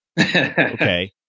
okay